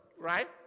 right